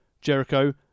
jericho